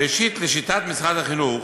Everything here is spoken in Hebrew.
ראשית, לשיטת משרד החינוך